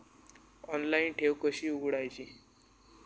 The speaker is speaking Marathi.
ऑनलाइन ठेव कशी उघडायची?